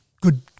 good